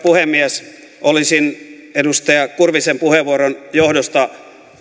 puhemies olisin edustaja kurvisen puheenvuoron johdosta